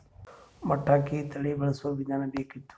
ಮಟಕಿ ತಳಿ ಬಳಸುವ ವಿಧಾನ ಬೇಕಿತ್ತು?